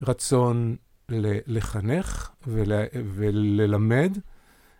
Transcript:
רצון לחנך וללמד.